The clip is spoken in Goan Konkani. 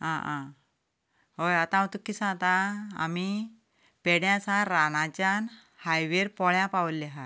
आं आं हय आतां हांव तुका कितें सांगतां आमीं पेड्यां सावन रानांच्यान हायवेर पोळ्यां पाविल्ले आसात